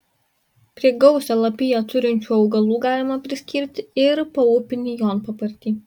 prie gausią lapiją turinčių augalų galima priskirti ir paupinį jonpapartį